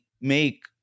make